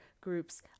groups